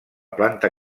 planta